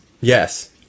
yes